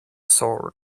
sword